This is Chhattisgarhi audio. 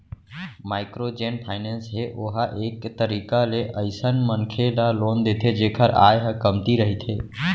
माइक्रो जेन फाइनेंस हे ओहा एक तरीका ले अइसन मनखे ल लोन देथे जेखर आय ह कमती रहिथे